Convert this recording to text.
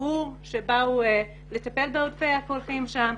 האיחור כשבאו לטפל בעודפי הקולחין שם.